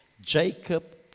Jacob